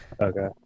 Okay